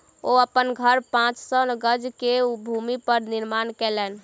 ओ अपन घर पांच सौ गज के भूमि पर निर्माण केलैन